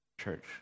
Church